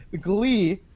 Glee